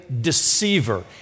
deceiver